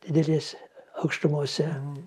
didelis aukštumose